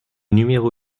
numéro